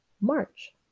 march